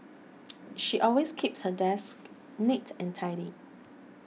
she always keeps her desk neat and tidy